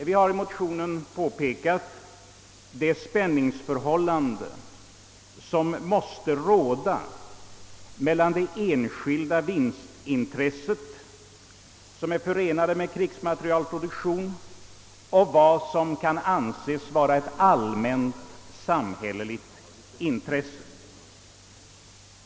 Vi har i motionen påpekat det spänningsförhållande som måste råda mellan de enskilda vinstintressen som är förenade med privatägd krigsmaterielproduktion och vad som kan anses vara ett allmänt samhälleligt intresse.